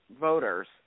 voters